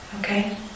Okay